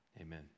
Amen